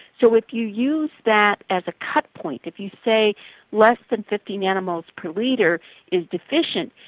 so if you use that as a cut point, if you say less than fifty nanomoles per litre is deficient,